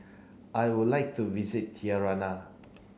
I would like to visit Tirana